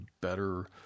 better